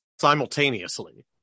simultaneously